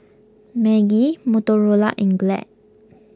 Maggi Motorola and Glad